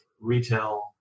retail